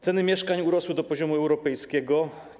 Ceny mieszkań urosły do poziomu europejskiego.